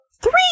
three